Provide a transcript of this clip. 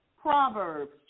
Proverbs